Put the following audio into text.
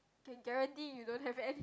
can guarantee you don't have any